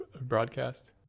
broadcast